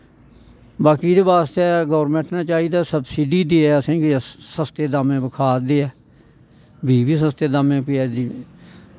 बाकी एह्दे बास्तै गौरमैंट नै चाही दा सवसीडी देऐ असेंगी सस्ते दामें पर खाद देऐ बीऽ बी सस्ते दामें पर देऐ